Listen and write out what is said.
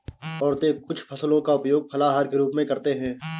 औरतें कुछ फसलों का उपयोग फलाहार के रूप में करते हैं